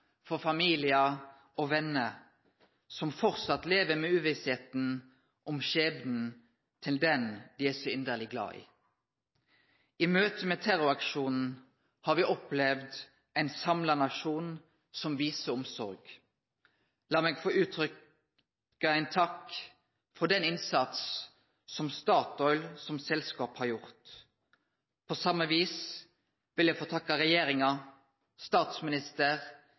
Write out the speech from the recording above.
for familiar og venner som framleis lever med uvissheita om skjebnen til den dei er så inderleg glade i. I møte med terroraksjonen har me opplevd ein samla nasjon som viser omsorg. Lat meg få uttrykkje ein takk for den innsatsen som Statoil som selskap har gjort. På same vis vil eg få takke regjeringa,